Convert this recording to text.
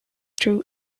through